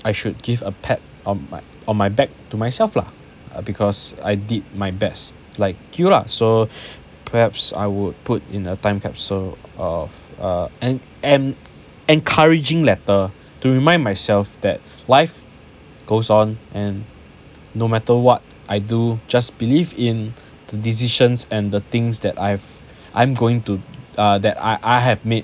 I should give a pat on my on my back to myself lah because I did my best like you lah so perhaps I would put in a time capsule of uh an an encouraging letter to remind myself that life goes on and no matter what I do just believe in the decisions and the things that I've I'm going to ah that I I have made